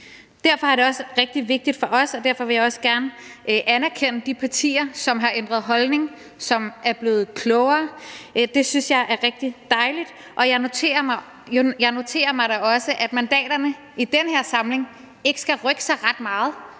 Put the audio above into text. Derfor er det også rigtig vigtigt for os, og derfor vil jeg også gerne anerkende de partier, som har ændret holdning, og som er blevet klogere. Det synes jeg er rigtig dejligt, og jeg noterer mig da også, at mandaterne i den her samling ikke skal rykke sig ret meget,